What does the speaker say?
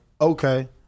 Okay